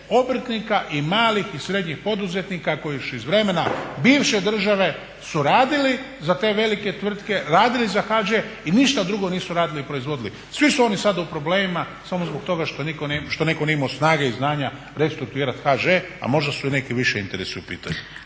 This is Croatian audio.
obrtnika i malih i srednjih poduzetnika koji još iz vremena bivše države su radili za te velike tvrtke, radili za HŽ i ništa drugo nisu radili i proizvodili. Svi su oni sada u problemima samo zbog toga što netko nije imao snage i znanja restrukturirat HŽ, a možda su i neki viši interesi u pitanju.